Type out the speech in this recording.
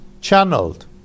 channeled